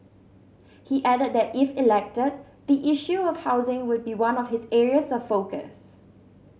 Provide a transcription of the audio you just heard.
he added that if elected the issue of housing would be one of his areas of focus